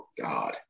God